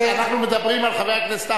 הוא הגיע --- אנחנו מדברים על חבר הכנסת